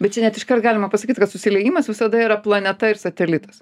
bet čia net iškart galima pasakyt kad susiliejimas visada yra planeta ir satelitas